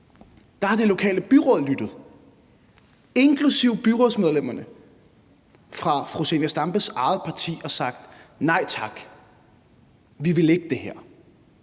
Der har det lokale byråd lyttet – inklusive byrådsmedlemmerne fra fru Zenia Stampes eget parti – og sagt: Nej tak; vi vil ikke det her.